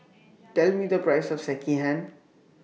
Tell Me The Price of Sekihan